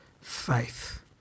faith